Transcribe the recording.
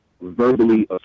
verbally